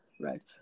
right